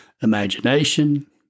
imagination